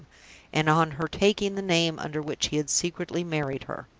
and on her taking the name under which he had secretly married her.